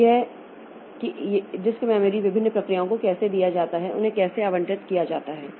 तो यह कि यह डिस्क मेमोरी विभिन्न प्रक्रियाओं को कैसे दिया जाता है उन्हें कैसे आवंटित किया जाता है